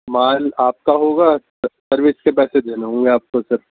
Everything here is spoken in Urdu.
مال آپ کا ہوگا سروس کے پیسے دینے ہوں گے آپ کو صرف